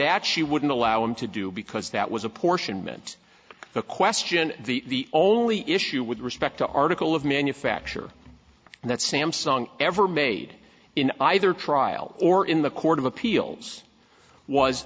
that she wouldn't allow him to do because that was apportionment the question the only issue with respect to article of manufacture and that samsung ever made in either trial or in the court of appeals was